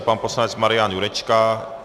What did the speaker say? Pan poslanec Marian Jurečka.